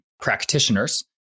practitioners